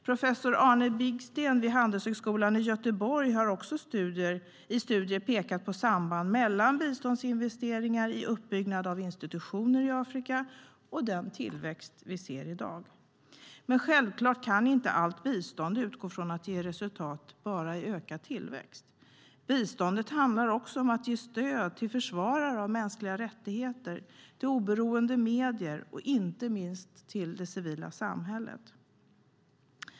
Professor Arne Bigsten vid Handelshögskolan i Göteborg har också i studier pekat på samband mellan biståndsinvesteringar i uppbyggnad av institutioner i Afrika och den tillväxt vi ser i dag. Men självklart kan inte allt bistånd utgå från att ge resultat bara i ökad tillväxt. Biståndet handlar även om att ge stöd till försvarare av mänskliga rättigheter, till oberoende medier och inte minst till det civila samhället.